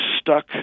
stuck